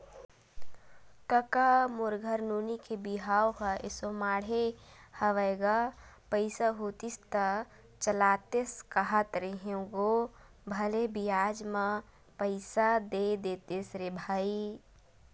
कका मोर घर नोनी के बिहाव ह एसो माड़हे हवय गा पइसा होतिस त चलातेस कांहत रेहे हंव गो भले बियाज म पइसा दे देतेस रे भई